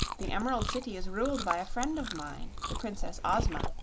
the emerald city is ruled by a friend of mine, the princess ozma,